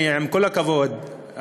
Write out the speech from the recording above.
עם כל הכבוד,